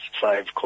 five